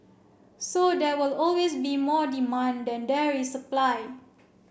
so there will always be more demand than there is supply